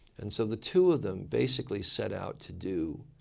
and so the two of them basically set out to do